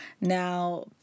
Now